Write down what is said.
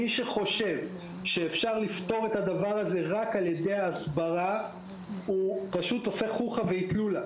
מי שחושב שאפשר לפתור את הדבר הזה רק דרך הסברה עושה חוכא ואיטלולא.